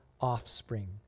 offspring